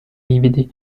lividi